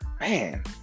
man